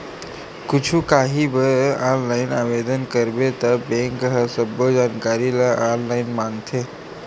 कुछु काही बर ऑनलाईन आवेदन करबे त बेंक ह सब्बो जानकारी ल ऑनलाईन मांगथे